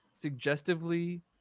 Suggestively